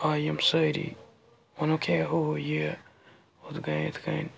آیہِ یِم سٲری ووٚنُکھ ہیے ہُہ یہِ ہُتھ کٔنۍ یِتھ کٔنۍ